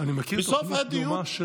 אני מכיר תוכנית דומה,